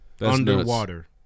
Underwater